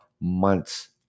months